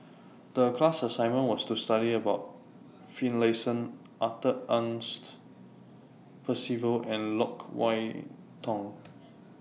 The class assignment was to study about Finlayson Arthur Ernest Percival and Loke Wan Tho